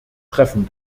treffen